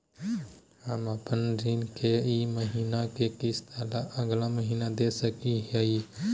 हम अपन ऋण के ई महीना के किस्त अगला महीना दे सकी हियई?